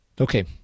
Okay